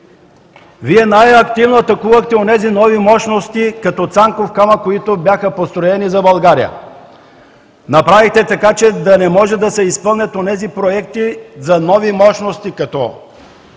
Вие най-активно атакувахте онези нови мощности като „Цанков камък“, които бяха построени за България. Направихте така, че да не могат да се изпълнят онези проекти за нови мощности като